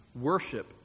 worship